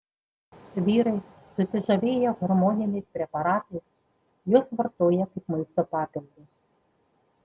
vyrai susižavėję hormoniniais preparatais juos vartoja kaip maisto papildus